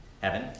heaven